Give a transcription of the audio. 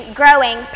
growing